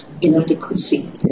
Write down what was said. inadequacy